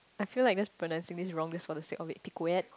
I feel like just pronouncing this wrong just for the sake of it piquet